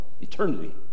eternity